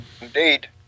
Indeed